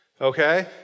okay